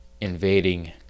invading